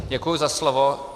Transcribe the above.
Děkuji za slovo.